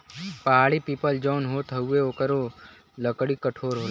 पहाड़ी पीपल जौन होत हउवे ओकरो लकड़ी कठोर होला